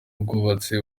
ubwubatsi